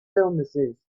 illnesses